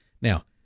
Now